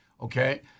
Okay